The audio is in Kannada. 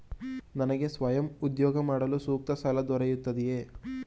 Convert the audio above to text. ನನಗೆ ಸ್ವಯಂ ಉದ್ಯೋಗ ಮಾಡಲು ಸೂಕ್ತ ಸಾಲ ದೊರೆಯುತ್ತದೆಯೇ?